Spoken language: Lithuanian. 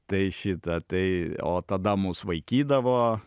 tai šitą tai o tada mus vaikydavo